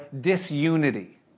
disunity